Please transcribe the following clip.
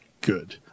good